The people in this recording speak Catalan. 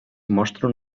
mostren